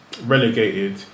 relegated